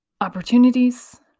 opportunities